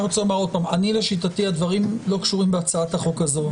אבל אני רוצה לומר שלשיטתית הדברים לא קשורים בהצעת החוק הזאת.